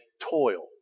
toil